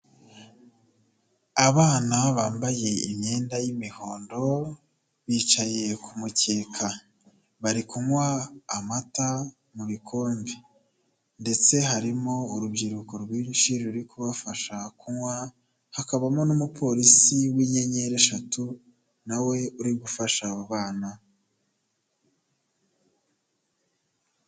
Abana bambaye imyenda y'imihondo bicaye ku mukeka, bari kunywa amata mu bikombe ndetse harimo urubyiruko rwinshi ruri kubafasha kunywa, hakabamo n'umupolisi w'inyenyeri eshatu na we uri gufasha abo bana.